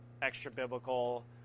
extra-biblical